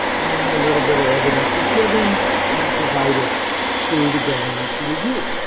and a little bit of evidence is given and provided to the government to review.